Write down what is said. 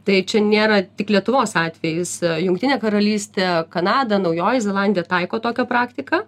tai čia nėra tik lietuvos atvejis jungtinė karalystė kanada naujoji zelandija taiko tokią praktiką